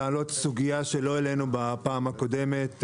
להעלות סוגיה שלא העלינו בפעם הקודמת.